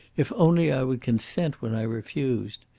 if only i would consent when i refused.